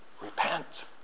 Repent